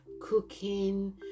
cooking